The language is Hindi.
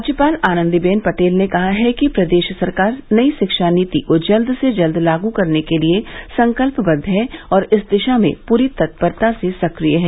राज्यपाल आनंदीबेन पटेल ने कहा है कि प्रदेश सरकार नई शिक्षा नीति को जल्द से जल्द लागू करने के लिये संकल्पबद्व है और इस दिशा में पूरी तत्परता से सक्रिय है